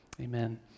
Amen